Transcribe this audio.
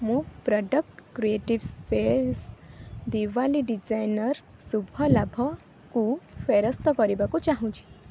ମୁଁ product creative space Diwali designer ଶୁଭ ଲାଭକୁ ଫେରସ୍ତ କରିବାକୁ ଚାହୁଁଛି